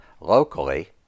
locally